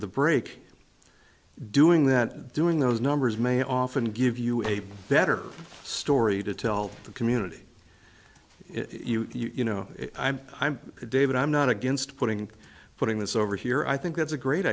the break doing that doing those numbers may often give you a better story to tell the community if you you know i'm david i'm not against putting putting this over here i think that's a great